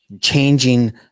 changing